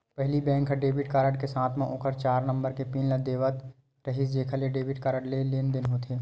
पहिली बेंक ह debit card के साथे म ओखर चार नंबर के पिन ल देवत रिहिस जेखर ले डेबिट कारड ले लेनदेन होथे